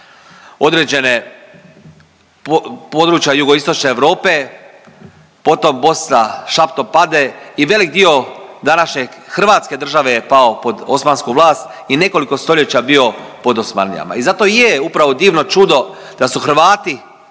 određene područja Jugoistočne Europe, potom Bosna šaptom pade i velik dio današnje hrvatske države je pao pod osmansku vlast i nekoliko stoljeća bio pod Osmanlijama. I zato i je upravo divno čudo da su Hrvati